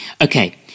Okay